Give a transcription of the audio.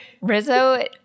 Rizzo